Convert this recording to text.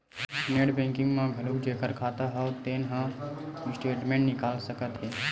net banking म घलोक जेखर खाता हव तेन ह स्टेटमेंट निकाल सकत हे